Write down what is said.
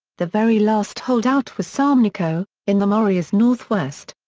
the very last holdout was salmeniko, in the morea's northwest.